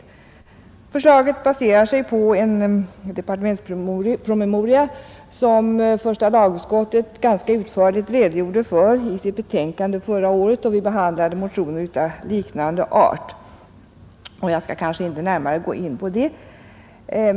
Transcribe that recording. Förslaget baserar sig på en departementspromemoria, som första lagutskottet ganska utförligt redogjorde för i sitt betänkande då vi förra året behandlade motioner av liknande art. Jag skall inte närmare gå in på det.